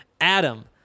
Adam